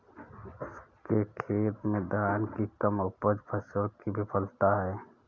उसके खेत में धान की कम उपज फसल की विफलता है